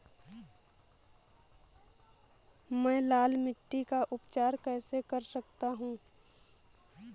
मैं लाल मिट्टी का उपचार कैसे कर सकता हूँ?